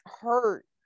hurt